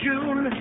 June